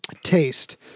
Taste